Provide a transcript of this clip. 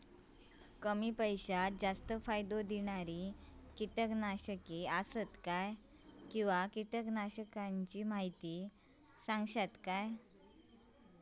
कमी पैशात जास्त फायदो दिणारी किटकनाशके आसत काय किंवा कीटकनाशकाचो माहिती सांगतात काय?